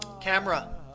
Camera